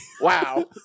wow